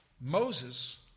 Moses